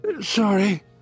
Sorry